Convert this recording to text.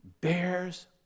bears